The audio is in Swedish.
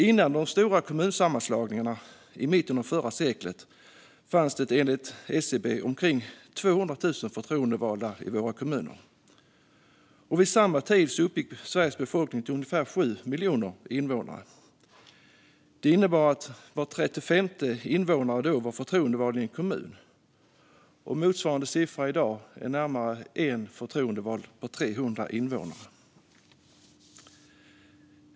Innan de stora kommunsammanslagningarna i mitten av förra seklet fanns det enligt SCB omkring 200 000 förtroendevalda i våra kommuner. Vid samma tid uppgick Sveriges befolkning till ungefär 7 miljoner invånare. Detta innebar att var 35:e invånare var förtroendevald i en kommun. Motsvarande siffra i dag är ungefär en förtroendevald på 300 invånare.